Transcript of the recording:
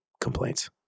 complaints